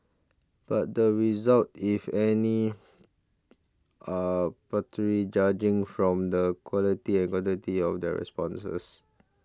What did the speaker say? but the results if any are paltry judging from the quality and quantity of the responses